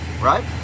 Right